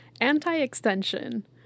Anti-extension